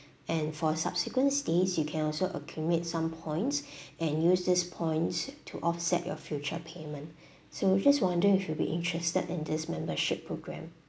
and for subsequent stays you can also accumulate some points and use this points to offset your future payment so just wondering if you'll be interested in this membership program